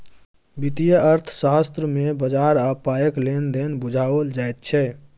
वित्तीय अर्थशास्त्र मे बजार आ पायक लेन देन बुझाओल जाइत छै